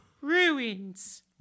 Ruins